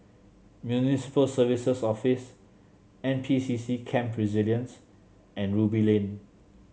Municipal Services Office N P C C Camp Resilience and Ruby Lane